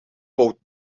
poot